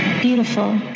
beautiful